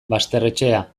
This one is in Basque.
basterretxea